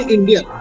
India